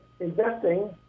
investing